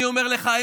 אני אומר לך,